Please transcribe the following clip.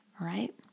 right